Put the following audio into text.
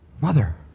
mother